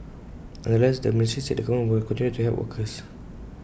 nonetheless the ministry said the government will continue to help workers